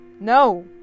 No